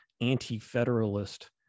anti-federalist